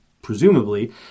presumably